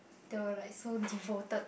they were like so devoted